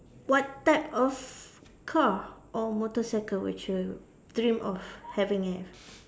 what type of car or motorcycle would you dream of having it